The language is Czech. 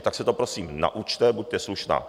Tak se to prosím naučte, buďte slušná.